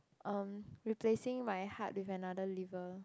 um replacing my heart with another liver